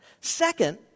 Second